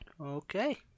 Okay